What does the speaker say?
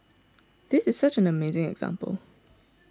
this is such an amazing example